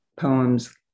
poems